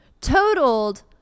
totaled